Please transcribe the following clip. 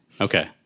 Okay